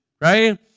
right